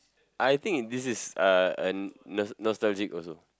I think this is uh a nos~ nostalgic also